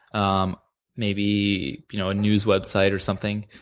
um maybe you know a news website, or something,